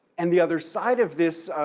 and the other side of this